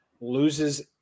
loses